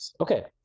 Okay